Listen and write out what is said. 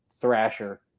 Thrasher